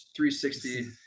360